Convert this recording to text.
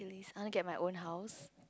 I wanna get my own house